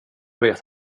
vet